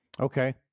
Okay